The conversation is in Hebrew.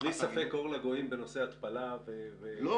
בלי ספק אור לגויים בנושא התפלה, בייצור מים.